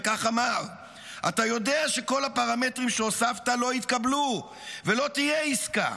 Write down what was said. וכך אמר: אתה יודע שכל הפרמטרים שהוספת לא יתקבלו ולא תהיה עסקה.